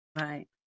Right